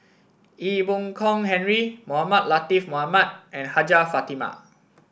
Ee Boon Kong Henry Mohamed Latiff Mohamed and Hajjah Fatimah